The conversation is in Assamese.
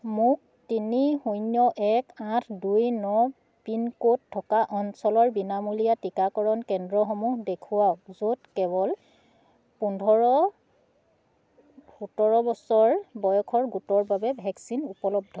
মোক তিনি শূন্য এক আঠ দুই ন পিনক'ড থকা অঞ্চলৰ বিনামূলীয়া টিকাকৰণ কেন্দ্ৰসমূহ দেখুৱাওক য'ত কেৱল পোন্ধৰ সোতৰ বছৰ বয়সৰ গোটৰ বাবে ভেকচিন উপলব্ধ